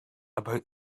about